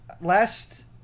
last